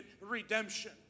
redemption